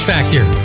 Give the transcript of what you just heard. Factor